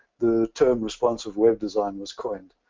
the term responsive web design was coined.